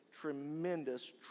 tremendous